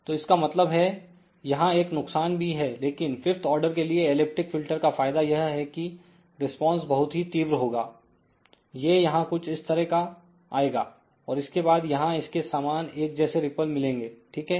तो इसका मतलब है यहां एक नुकसान भी है लेकिन 5th ऑर्डर के लिए एलिप्टिक फिल्टर का फायदा यह है की रिस्पांस बहुत ही तीव्र होगा ये यहां कुछ इस तरह का आएगाऔर इसके बाद यहां इसके समान एक जैसे रिपल मिलेंगे ठीक है